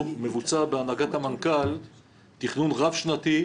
מבוצע בהנהגת המנכ"ל תכנון רב-שנתי,